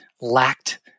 lacked